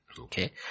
okay